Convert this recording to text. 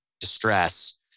distress